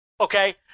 okay